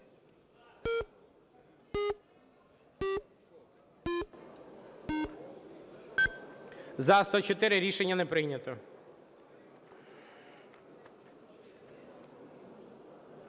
За-102 Рішення не прийнято.